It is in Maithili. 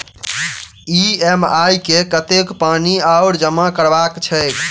ई.एम.आई मे कतेक पानि आओर जमा करबाक छैक?